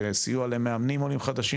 וסיוע למאמנים עולים חדשים.